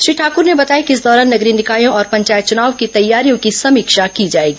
श्री ठाकुर ने बताया कि इस दौरान नगरीय निकायों और पंचायत चुनावों की तैयारियों की समीक्षा की जाएगी